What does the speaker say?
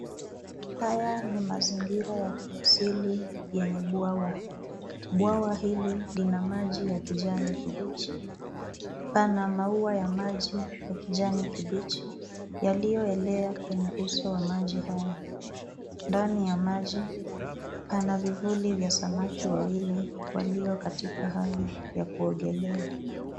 Haya ni mazingira ya kiasili yenye bwawa. Bwawa hili lina maji ya kijani kibichi. Pana maua ya maji ya kijani kibichi yaliyoelea kwenye uso wa maji hayo. Ndani ya maji pana vivuli vya samaki wawili walio katika hali ya kuogelea.